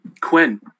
Quinn